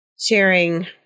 sharing